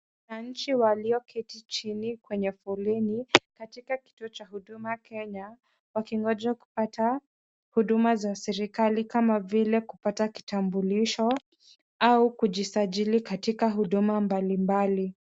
Wananchi walioketi chini kwenye foleni katika kituo cha huduma Kenya, wakingoja kupata huduma za serikali kama vile kupata Kitambulisho au kujisajili katika huduma mbali mbali.